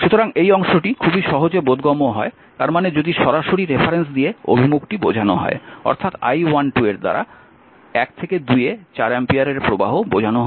সুতরাং এই অংশটি খুবই সহজে বোধগম্য হয় তার মানে যদি সরাসরি রেফারেন্স দিয়ে অভিমুখটি বোঝানো হয় অর্থাৎ I12 এর দ্বারা 1 থেকে 2 এ 4 অ্যাম্পিয়ারের প্রবাহ বোঝানো হয়